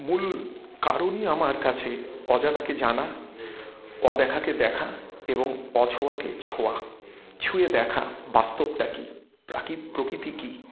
মূল কারণই আমার কাছে অজানাকে জানা অদেখাকে দেখা এবং অছোঁয়াকে ছোঁয়া ছুঁয়ে দেখা বাস্তবটা কী প্রকৃতি কী